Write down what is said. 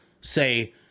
say